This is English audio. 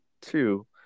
two